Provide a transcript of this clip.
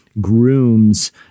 grooms